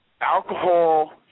alcohol